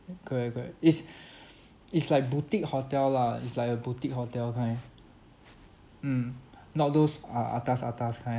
uh correct correct it's it's like boutique hotel lah it's like a boutique hotel kind mm not those uh atas atas kind